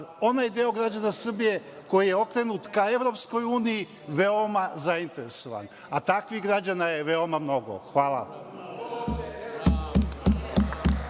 onaj deo građana Srbije koji je okrenut ka EU, veoma zainteresovani, a takvih građana je veoma mnogo. Hvala.